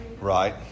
Right